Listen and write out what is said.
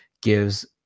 gives